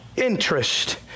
interest